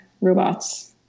robots